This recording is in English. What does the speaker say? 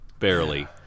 Barely